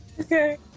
Okay